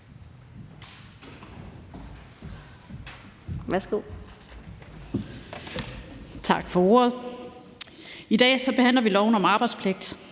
Værsgo.